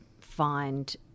find